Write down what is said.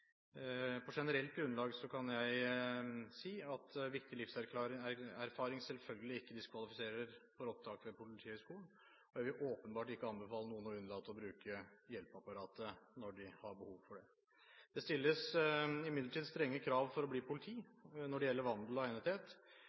På generelt grunnlag kan jeg si at viktig livserfaring selvfølgelig ikke diskvalifiserer for opptak ved Politihøgskolen, og jeg vil ikke anbefale noen å unnlate å bruke hjelpeapparatet når de har behov for det. Det stilles imidlertid strenge krav for å bli politi når det gjelder vandel og